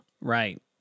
right